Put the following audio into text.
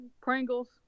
Pringles